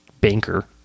banker